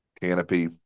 Canopy